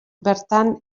bertan